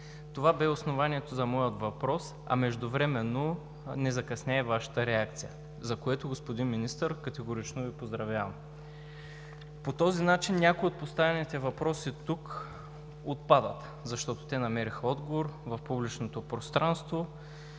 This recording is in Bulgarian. Това бе основанието за моя въпрос, а междувременно не закъсня и Вашата реакция, за което, господин Министър, категорично Ви поздравявам. По този начин някои от поставените въпроси тук отпадат, защото те намериха отговор в публичното пространство